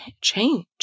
change